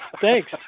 Thanks